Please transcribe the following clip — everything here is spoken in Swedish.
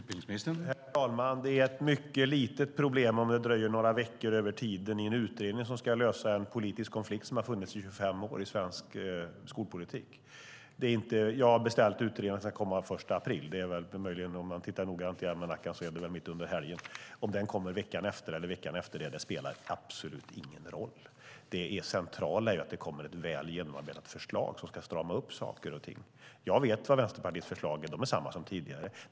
Herr talman! Det är ett mycket litet problem om det drar några veckor över tiden med en utredning som ska lösa en politisk konflikt som har funnits i 25 år i svensk skolpolitik. Jag har beställt att utredningen ska komma den 1 april. Om man tittar noggrant i almanackan ser man att det väl är mitt under helgen. Om den kommer veckan efter eller veckan därefter spelar absolut ingen roll. Det centrala är att det kommer ett väl genomarbetat förslag som ska strama upp saker och ting. Jag vet vilka Vänsterpartiets förslag är. Det är desamma som tidigare.